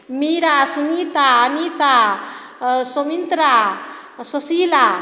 Meera Sunita Anita Sumitra Sushila